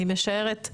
אני משערת,